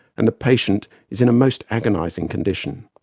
and the patient is in a most agonising condition.